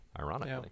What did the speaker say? ironically